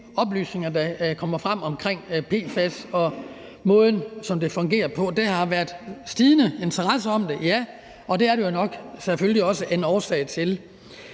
oplysninger, der kommer frem, omkring PFAS og måden, det fungerer på. Der har været stigende interesse for det, ja, og det er der jo nok selvfølgelig også en årsag til.